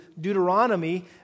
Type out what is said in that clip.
Deuteronomy